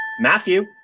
Matthew